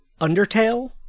Undertale